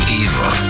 evil